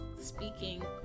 speaking